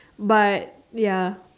but ya